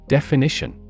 Definition